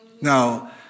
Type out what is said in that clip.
Now